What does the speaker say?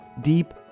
Deep